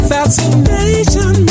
Fascination